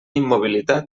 immobilitat